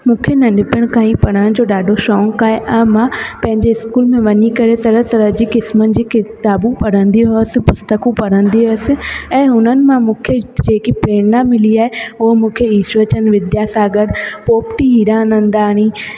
मूंखे नंढपण खां ई पढ़ण जो ॾाढो शौक़ु आहे ऐं मां पंहिंजे इस्कूल में वञी करे तरह तरह जी क़िस्मनि जी किताबूं पढ़ंदी हुअसि पुस्तकूं पढ़ंदी हुअसि ऐं हुननि मां मूंखे जेकी प्रेरणा मिली आहे उहो मूंखे ईश्वरचंद विध्यासागर पोपटी हीरानंदाणी